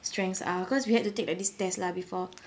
strengths are because we had to take like this test lah before